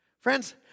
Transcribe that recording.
Friends